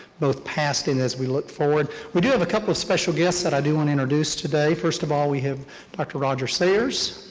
both past and as we look forward. we do have a couple of special guests that i do want to introduce today. first of all, we have dr. roger sayers.